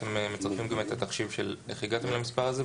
אתם מצרפים גם את התחשיב של איך הגעתם למספר הזה.